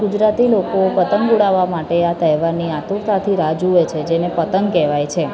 ગુજરાતી લોકો પતંગ ઉડાવવા માટે આ તહેવારની આતુરતાથી રાહ જુએ છે જેને પતંગ કહેવાય છે